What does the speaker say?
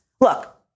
Look